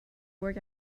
work